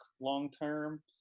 long-term